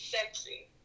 sexy